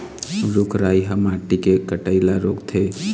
रूख राई ह माटी के कटई ल रोकथे